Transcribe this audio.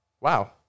Wow